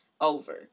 over